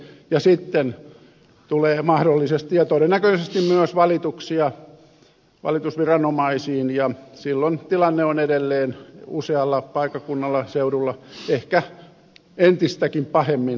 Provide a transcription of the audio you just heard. sitten tulee mahdollisesti ja todennäköisesti myös valituksia valitusviranomaisiin ja silloin tilanne on edelleen usealla paikkakunnalla seudulla ehkä entistäkin pahemmin lukossa